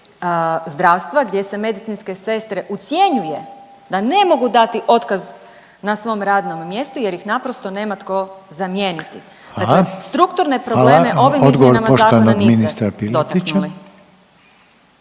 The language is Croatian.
zdravstva, gdje se medicinske sestre ucjenjuje da ne mogu dati otkaz na svom radnom mjestu, jer ih naprosto nema tko zamijeniti. …/Upadica Reiner: Hvala./… Dakle, strukturne